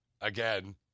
again